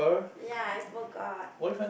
ya I forgot